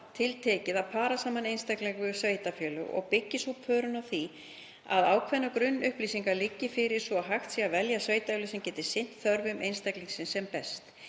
til tekið að para saman einstaklinga við sveitarfélög og byggist sú pörun á því að ákveðnar grunnupplýsingar liggi fyrir svo að hægt sé að velja sveitarfélög sem geti sinnt þörfum einstaklingsins sem best.